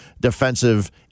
defensive